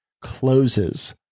closes